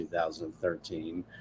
2013